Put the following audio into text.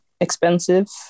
expensive